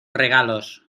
regalos